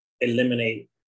eliminate